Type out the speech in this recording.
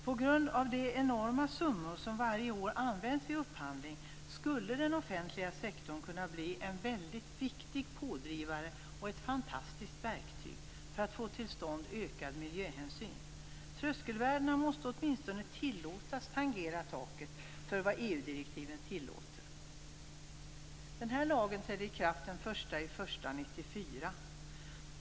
På grund av de enorma summor som varje år används till upphandling skulle den offentliga sektorn kunna bli en väldigt viktig pådrivare och ett fantastiskt verktyg för att få till stånd ökad miljöhänsyn. Tröskelvärdena måste åtminstone tillåtas tangera taket för vad EU-direktiven tillåter. Lagen trädde i kraft den 1 januari 1994.